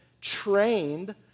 trained